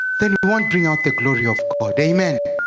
been wanting all the glory of called the man and